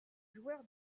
joueur